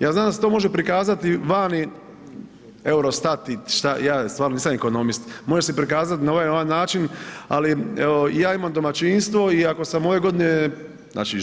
Ja znam da se to može prikazati vani EUROSTAT, ja stvarno nisam ekonomist, može se prikazati na ovaj ili onaj način ali evo i ja imam domaćinstvo i ako sam ove godine, znači